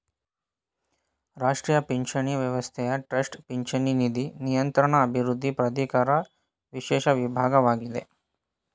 ರಾಷ್ಟ್ರೀಯ ಪಿಂಚಣಿ ವ್ಯವಸ್ಥೆಯ ಟ್ರಸ್ಟ್ ಪಿಂಚಣಿ ನಿಧಿ ನಿಯಂತ್ರಣ ಅಭಿವೃದ್ಧಿ ಪ್ರಾಧಿಕಾರ ವಿಶೇಷ ವಿಭಾಗವಾಗಿದೆ